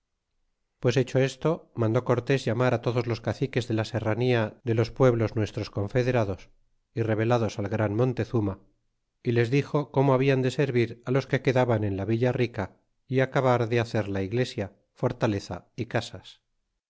pues hecho esto mandó cortes llamar á todos los caciques de la serrania de los pueblos nuestros confederados y rebelados al gran montezuma y les dixo como habian de servir los que quedaban en la villa rica é acabar de hacer la iglesia fortaleza y casas